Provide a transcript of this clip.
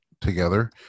together